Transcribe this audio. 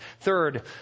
Third